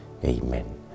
Amen